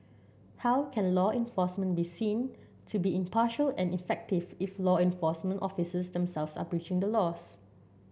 how can law enforcement be seen to be impartial and effective if law enforcement officers themselves are breaching the laws